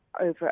over